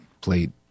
played